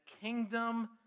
kingdom